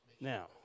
Now